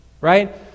right